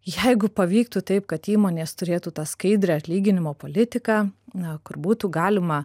jeigu pavyktų taip kad įmonės turėtų tą skaidrią atlyginimo politiką na kur būtų galima